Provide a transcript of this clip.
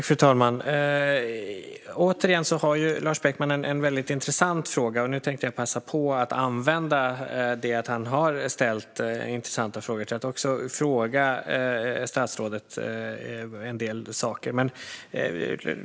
Fru talman! Återigen har Lars Beckman en väldigt intressant fråga, och nu tänkte jag passa på att använda detta att han har ställt intressanta frågor till att själv fråga statsrådet en del saker.